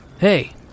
Hey